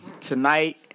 Tonight